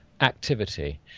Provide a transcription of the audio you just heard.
activity